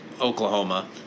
Oklahoma